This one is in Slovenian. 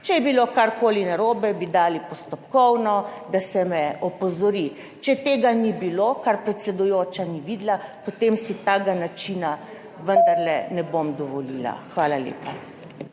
Če je bilo karkoli narobe, bi dali postopkovno, da se me opozori. Če tega ni bilo, kar predsedujoča ni videla, potem si takega načina vendarle ne bom dovolila. Hvala lepa.